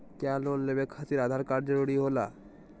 क्या लोन लेवे खातिर आधार कार्ड जरूरी होला?